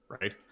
Right